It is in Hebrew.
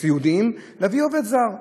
להביא עובד זר.